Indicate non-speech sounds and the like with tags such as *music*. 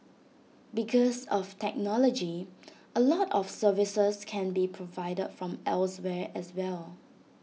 because of technology *noise* A lot of services can be provided from elsewhere as well